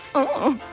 oh.